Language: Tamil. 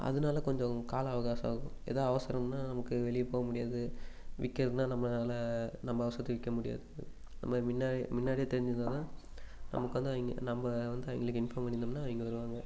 அதனால கொஞ்சம் கால அவகாசம் எதாவது அவசரம்னால் நமக்கு வெளியே போக முடியாது விற்குறதுன்னா நம்மனால் நம்ம அவசரத்துக்கு விற்க முடியாது நம்ம முன்னாடி முன்னாடியே தெரிஞ்சதுனால் நமக்கு வந்து அவங்க நம்ம வந்து அவங்களுக்கு இன்ஃபார்ம் பண்ணியிருந்தோம்னா அவங்க வருவாங்க